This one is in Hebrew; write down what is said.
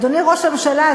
אדוני ראש הממשלה,